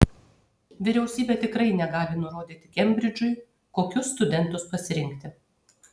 vyriausybė tikrai negali nurodyti kembridžui kokius studentus pasirinkti